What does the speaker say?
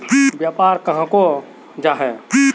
व्यापार कहाक को जाहा?